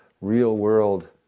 real-world